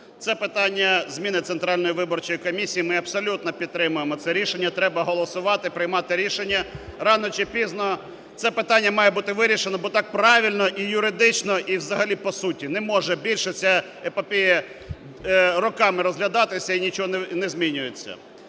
Це питання зміни Центральної виборчої комісії, ми абсолютно підтримуємо це рішення, треба голосувати, приймати рішення. Рано чи пізно це питання має бути вирішено, бо так правильно і юридично, і взагалі по суті. Не може більше ця епопея роками розглядатися і нічого не змінюється.